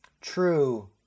true